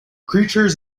creatures